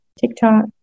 tiktok